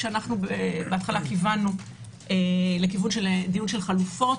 כשבהתחלה כיוונו לכיוון דיון חלופות,